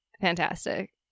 fantastic